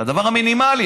זה הדבר המינימלי.